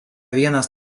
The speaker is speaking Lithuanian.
vienas